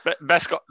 Best